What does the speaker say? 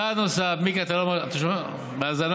צעד נוסף, מיקי, אתה בהאזנה?